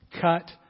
cut